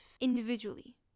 individually